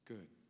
Good